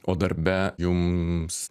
o darbe jums